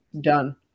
done